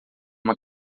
uma